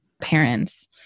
parents